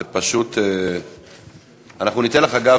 אגב,